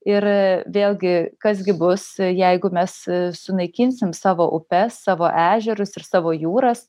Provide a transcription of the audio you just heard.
ir vėlgi kas gi bus jeigu mes sunaikinsim savo upes savo ežerus ir savo jūras